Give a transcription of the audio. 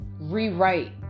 rewrite